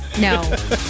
no